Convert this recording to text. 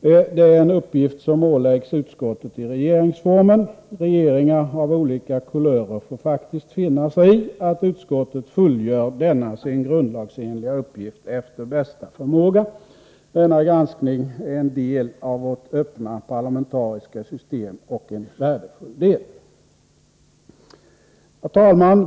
Det är en uppgift som åläggs utskottet i regeringsformen. Regeringar av olika kulörer får faktiskt finna sig i att utskottet fullgör denna sin grundlagsenliga uppgift efter bästa förmåga. Denna granskning är en del av vårt öppna parlamentariska system, och en värdefull del. Herr talman!